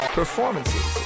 performances